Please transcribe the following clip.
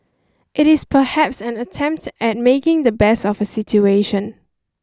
it is perhaps an attempt at making the best of a situation